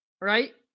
Right